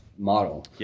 Model